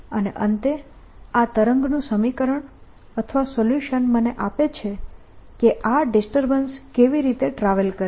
અને અંતે આ તરંગનું સમીકરણ અથવા સોલ્યુશન મને આપે છે કે આ ડિસ્ટર્બન્સ કેવી રીતે ટ્રાવેલ કરે છે